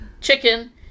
chicken